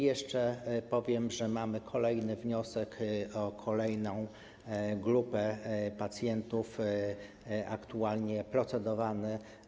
Jeszcze powiem, że mamy kolejny wniosek, o kolejną grupę pacjentów, aktualnie procedowany.